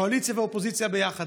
קואליציה ואופוזיציה ביחד,